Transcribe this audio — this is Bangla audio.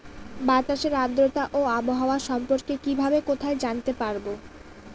বাতাসের আর্দ্রতা ও আবহাওয়া সম্পর্কে কিভাবে কোথায় জানতে পারবো?